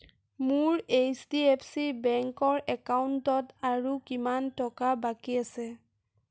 মোৰ H D F C বেংকৰ একাউণ্টত আৰু কিমান টকা বাকী আছে